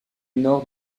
nord